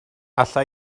alla